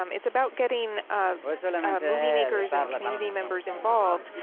um it's about getting um movie makers and community members involved,